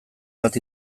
bat